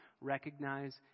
recognize